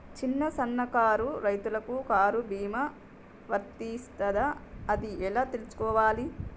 చిన్న సన్నకారు రైతులకు రైతు బీమా వర్తిస్తదా అది ఎలా తెలుసుకోవాలి?